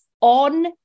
On